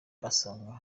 asanga